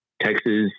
Texas